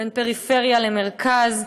בין פריפריה למרכז.